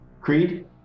Creed